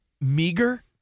meager